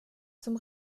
zum